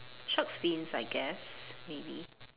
shark's fins I guess maybe